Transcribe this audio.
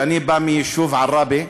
שאני בא מהיישוב עראבה,